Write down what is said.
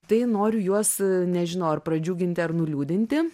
tai noriu juos nežinau ar pradžiuginti ar nuliūdinti